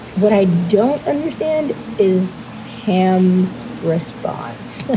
what i don't understand is ham's response.